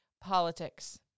politics